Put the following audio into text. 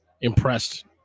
impressed